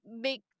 big